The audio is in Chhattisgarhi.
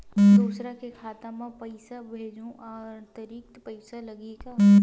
दूसरा के खाता म पईसा भेजहूँ अतिरिक्त पईसा लगही का?